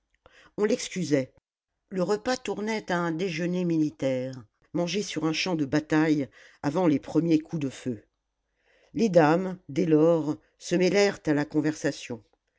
on l'excusait le repas tournait à un déjeuner militaire mangé sur un champ de bataille avant les premiers coups de feu les dames dès lors se mêlèrent à la conversation